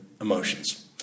emotions